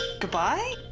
Goodbye